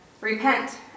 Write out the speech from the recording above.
Repent